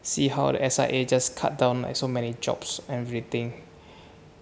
see how is like just cut down like so many jobs and everything